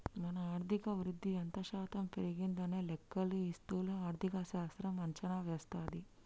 మన ఆర్థిక వృద్ధి ఎంత శాతం పెరిగిందనే లెక్కలు ఈ స్థూల ఆర్థిక శాస్త్రం అంచనా వేస్తది